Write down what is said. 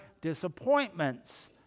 disappointments